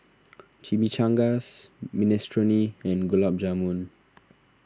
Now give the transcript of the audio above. Chimichangas Minestrone and Gulab Jamun